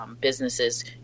businesses